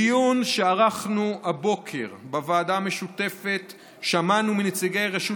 בדיון שערכנו הבוקר בוועדה המשותפת שמענו מנציגי רשות